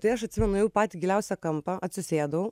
tai aš atsimenu nuėjau į patį giliausią kampą atsisėdau